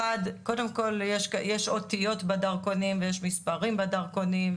קודם כל יש אותיות בדרכונים ויש מספרים בדרכונים,